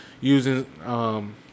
using